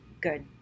good